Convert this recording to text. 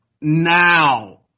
now